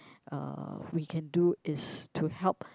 uh we can do is to help